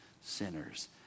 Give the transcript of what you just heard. sinners